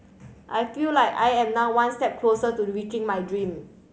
I feel like I am now one step closer to reaching my dream